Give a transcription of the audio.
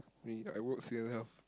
me I walk three and a half